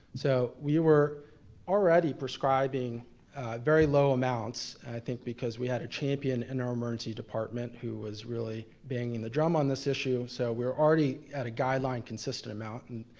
so, we were already prescribing very low amounts, i think because we had a champion in our emergency department who was really banging the drum on this issue, so we're already at a guideline-consistent amount. and